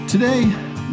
Today